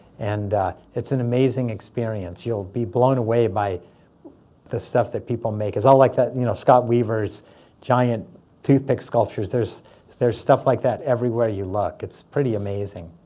and it's an amazing experience. you'll be blown away by the stuff that people make. it's all like you know scott weaver's giant toothpick sculptures. there's there's stuff like that everywhere you look. it's pretty amazing.